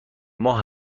ماه